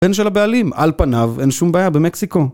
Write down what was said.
בן של הבעלים, על פניו אין שום בעיה במקסיקו